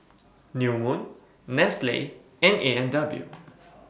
New Moon Nestle and A and W